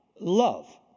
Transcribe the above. love